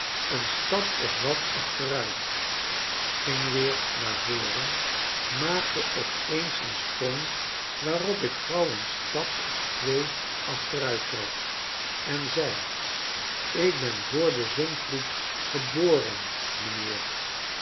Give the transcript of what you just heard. een stap of wat achteruit ging weer naar voren maakte op eens een sprong waarop ik gauw een stap of twee achteruit trad en zei ik ben voor den zondvloed geboren m'nheer